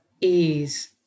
ease